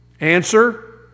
Answer